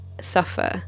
suffer